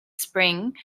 spring